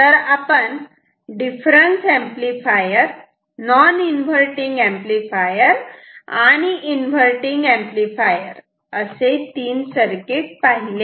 तर आपण difference amplifier non inverting amplifier आणि इन्व्हर्टटिंग एंपलीफायर असे तीन सर्किट पाहिले